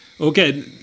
Okay